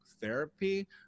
therapy